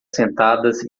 sentadas